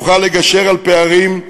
נוכל לגשר על פערים,